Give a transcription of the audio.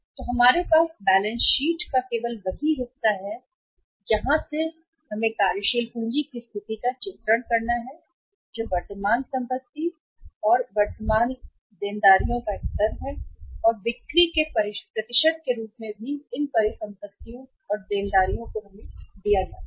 तो हमारे पास बैलेंस शीट का केवल वही हिस्सा है जो यहाँ है केवल कार्यशील पूंजी की स्थिति का चित्रण करना जो वर्तमान संपत्ति और वर्तमान का स्तर है देनदारियों और बिक्री के प्रतिशत के रूप में भी इन परिसंपत्तियों और देनदारियों को हमें दिया जाता है